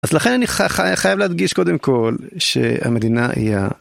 אז לכן אני ח... ח... ח... חייב להדגיש קודם כל שהמדינה היא ה...